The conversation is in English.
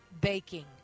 baking